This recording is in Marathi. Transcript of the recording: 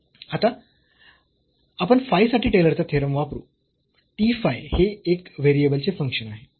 आता आपण फाय साठी टेलर चा थेरम वापरू t फाय हे एक व्हेरिएबलचे फंक्शन आहे